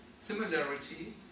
similarity